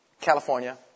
California